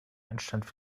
anstand